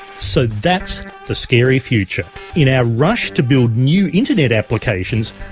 so that's the scary future. in our rush to build new internet applications,